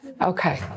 Okay